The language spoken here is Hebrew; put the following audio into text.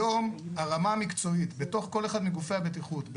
היום הרמה המקצועית בתוך כל אחד מגופי הבטיחות,